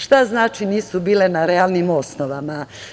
Šta znači – nije bilo na realnim osnovama?